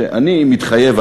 שאני מתחייב,